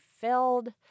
filled